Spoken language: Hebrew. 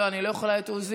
לא, אני לא יכולה את עוזי.